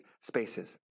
spaces